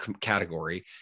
category